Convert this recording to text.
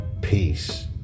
Peace